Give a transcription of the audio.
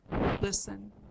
listen